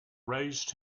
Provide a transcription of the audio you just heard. raised